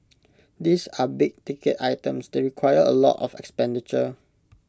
these are big ticket items they require A lot of expenditure